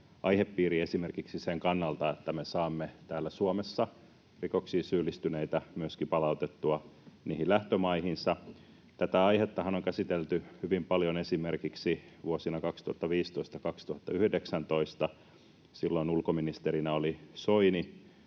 aihepiiri esimerkiksi sen kannalta, että me saamme täällä Suomessa rikoksiin syyllistyneitä myöskin palautettua niihin lähtömaihinsa. Tätä aihettahan on käsitelty hyvin paljon esimerkiksi vuosina 2015—2019. Silloin ulkoministerinä oli Soini,